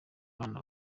abana